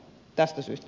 tästä syystä